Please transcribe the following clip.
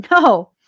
No